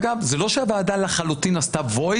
זה לא שהוועדה לחלוטין סירבה.